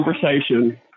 conversation